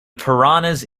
piranhas